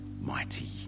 mighty